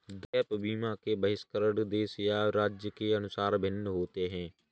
gap बीमा के बहिष्करण देश या राज्य के अनुसार भिन्न होते हैं